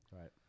Right